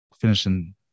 finishing